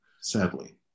sadly